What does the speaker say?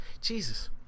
Jesus